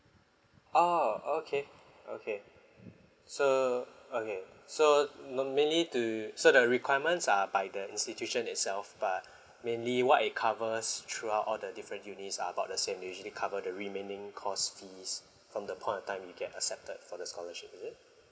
ah okay okay so okay so non mainly to sort of requirements are by the situation itself but mainly what it covers throughout all the different unis are about the same usually cover the remaining course fees from the point of time you get accepted for the scholarship is it